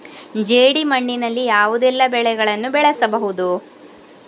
ಜೇಡಿ ಮಣ್ಣಿನಲ್ಲಿ ಯಾವುದೆಲ್ಲ ಬೆಳೆಗಳನ್ನು ಬೆಳೆಯಬಹುದು?